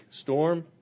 storm